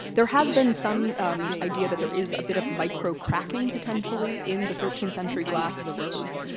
there has been some idea that there is a bit of microcracking potentially in the thirteenth century glass of the rose.